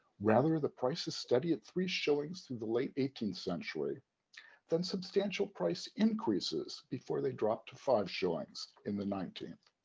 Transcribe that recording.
rather, the price is steady at three showings through the late eighteenth century then substantial price increases before they drop to five showings in the nineteenth.